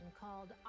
called